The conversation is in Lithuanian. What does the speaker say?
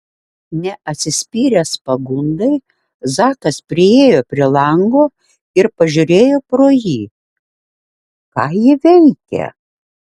neatsispyręs pagundai zakas priėjo prie lango ir pažiūrėjo pro jį ką ji veikia